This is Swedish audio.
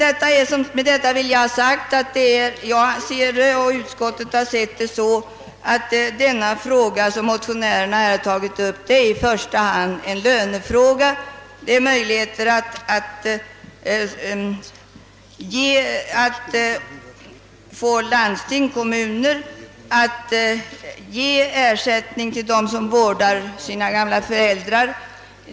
Jag och även utskottet ser saken så, att vi anser att den fråga som motionärerna har tagit upp i första hand är en lönefråga. Det är frågan om att få landsting och kommuner att ge ersättning till dem som vårdar sina gamla föräldrar.